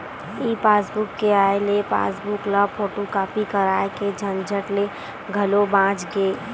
ई passbook के आए ले पासबूक ल फोटूकापी कराए के झंझट ले घलो बाच गे